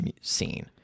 scene